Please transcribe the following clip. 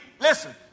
listen